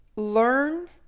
Learn